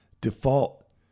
default